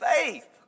faith